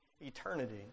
eternity